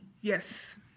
yes